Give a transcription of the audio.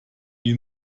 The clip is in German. die